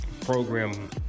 program